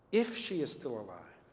if she is still alive,